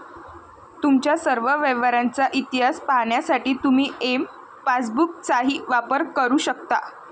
तुमच्या सर्व व्यवहारांचा इतिहास पाहण्यासाठी तुम्ही एम पासबुकचाही वापर करू शकता